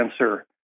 answer